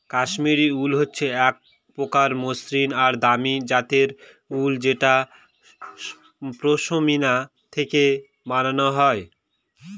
কাশ্মিরী উল হচ্ছে এক প্রকার মসৃন আর দামি জাতের উল যেটা পশমিনা থেকে বানানো হয়